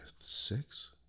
six